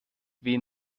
wie